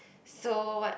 so what